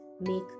make